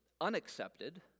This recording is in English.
unaccepted